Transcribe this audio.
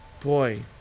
Boy